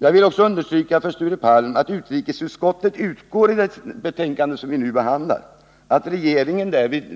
Jag vill också understryka för Sture Palm att utrikesutskottet i det betänkande vi nu behandlar utgår ifrån att regeringen vid